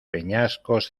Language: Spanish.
peñascos